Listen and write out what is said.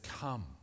come